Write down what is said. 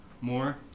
more